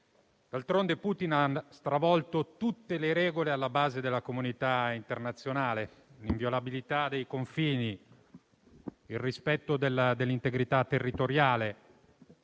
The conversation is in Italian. D'altronde, Putin ha stravolto tutte le regole alla base della comunità internazionale: l'inviolabilità dei confini, il rispetto dell'integrità territoriale,